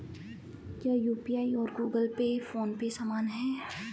क्या यू.पी.आई और Google Pay PhonePe समान हैं?